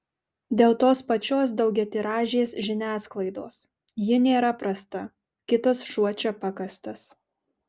dėl tos pačios daugiatiražės žiniasklaidos ji nėra prasta kitas šuo čia pakastas